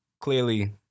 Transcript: clearly